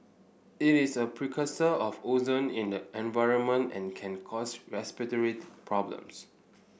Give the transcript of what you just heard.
it is a precursor of ozone in the environment and can cause respiratory problems